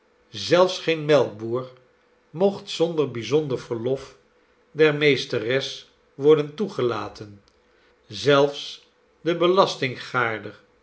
zelfs geen melkboer mocht zonder bijzonder verlof der meesteres worden toegelaten zelfs de belastinggaarder